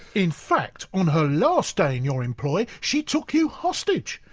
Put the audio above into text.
in fact, on her last day in your employ, she took you hostage,